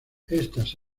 estas